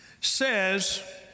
says